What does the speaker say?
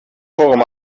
forum